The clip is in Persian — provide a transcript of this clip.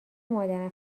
مادرم